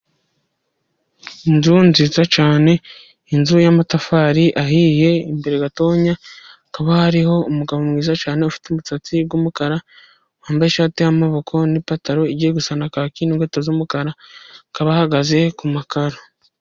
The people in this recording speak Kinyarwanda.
Inzu nziza cyane, inzu yamatafari ahiye, imbere gatonya hakaba hariho umugabo mwiza cyane, ufite umusatsi w'umukara, wambaye ishati y'amaboko n'ipantaro igiye gusa na kaki, ni inkweto z'umukara akaba ahagaze ku makaro.